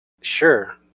Sure